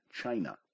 China